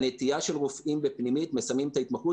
הנטייה של רופאים בפנימית היא לסיים את ההתמחות